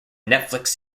netflix